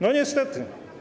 No niestety.